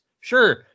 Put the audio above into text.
Sure